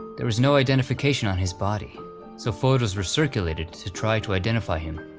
there was no identification on his body so photos were circulated to try to identify him,